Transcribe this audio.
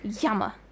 Yammer